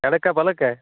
ಎಡಕ್ಕ ಬಲಕ್ಕ